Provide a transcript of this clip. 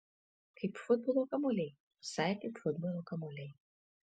kaip futbolo kamuoliai visai kaip futbolo kamuoliai